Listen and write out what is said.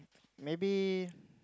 maybe